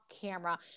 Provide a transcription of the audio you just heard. camera